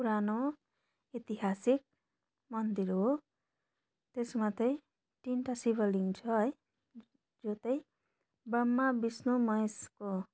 पुरानो ऐतिहासिक मन्दिर हो त्यसमा त तिनवटा शिवलिङ्ग छ है यो त ब्रह्म बिष्णु महेशको